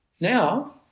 now